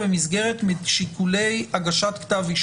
במסגרת שיקול הדעת המינהלי שלי?